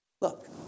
Look